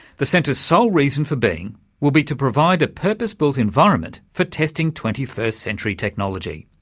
the centre's sole reason for being will be to provide a purpose built environment for testing twenty first century technology.